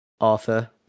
Arthur